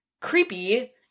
creepy